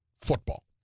football